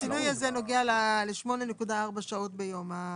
השינוי הזה נוגע ל-8.4 שעות ביום.